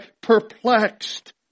perplexed